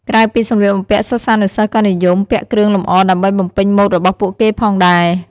ក្រៅពីសម្លៀកបំពាក់ សិស្សានុសិស្សក៏និយមពាក់គ្រឿងលម្អដើម្បីបំពេញម៉ូដរបស់ពួកគេផងដែរ។